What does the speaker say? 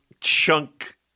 chunk